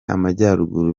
amajyaruguru